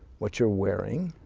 what you are wearing,